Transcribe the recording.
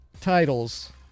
titles